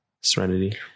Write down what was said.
serenity